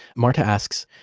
marta asks,